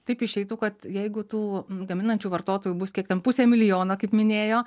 taip išeitų kad jeigu tų gaminančių vartotojų bus kiek ten pusė milijono kaip minėjo